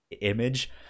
image